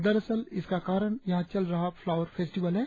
दरअसल इसका कारन यहां चल रहा फ्लावर फेस्टिवल है